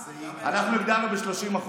אנחנו הגדלנו ב-30%,